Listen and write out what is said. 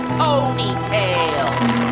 ponytails